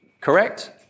correct